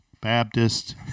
Baptist